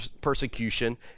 persecution